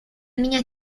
niña